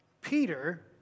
Peter